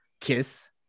Kiss